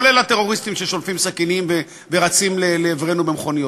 כולל הטרוריסטים ששולפים סכינים ורצים לעברנו במכוניות,